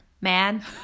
man